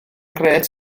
grêt